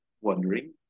wondering